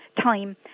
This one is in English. time